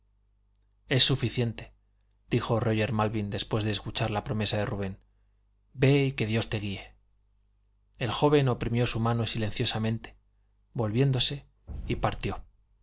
es suficiente dijo róger malvin después de escuchar la promesa de rubén ve y que dios te guíe el joven oprimió su mano silenciosamente volvióse y partió